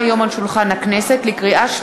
חבר הכנסת מזרחי,